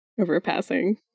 overpassing